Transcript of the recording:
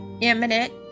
imminent